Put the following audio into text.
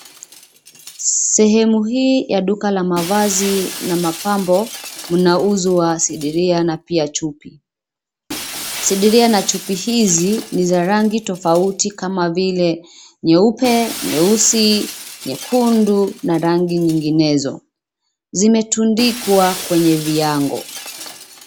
Sehemu hii ya duka la mavazi na mapambo, mnauzwa sidiria na pia chupi. Sidiria na chupi hizi, ni za rangi tofauti kama vile nyeupe, nyeusi, nyekundu na rangi nyinginezo. Zimetundikwa kwenye viango.